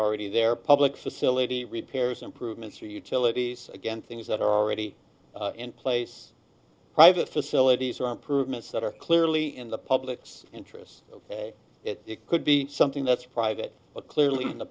already there public facility repairs improvements or utilities again things that are already in place private facilities or improvements that are clearly in the public's interest that it could be something that's private but clearly in the